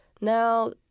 now